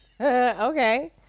Okay